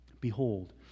Behold